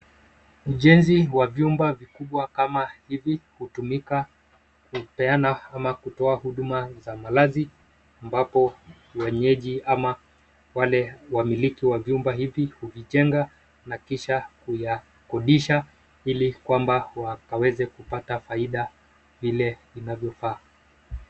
Ujenzi wa vyumba vikubwa kama hivi hutumika kupeana ama kutoa huduma ya malazi ambapo mwenyeji ama wamiliki wa vyumba hivi huvijenga na kisha kuyakodisha ili kwamba wakaweze kupata faida vile inavyofaa